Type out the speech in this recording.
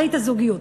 ברית הזוגיות.